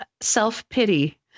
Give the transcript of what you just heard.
self-pity